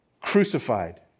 crucified